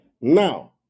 Now